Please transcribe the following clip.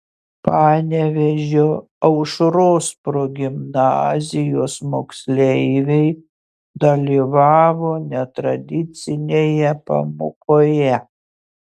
panevėžio aušros progimnazijos moksleiviai dalyvavo netradicinėje pamokoje